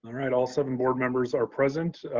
right, all seven board members are present.